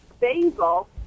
basil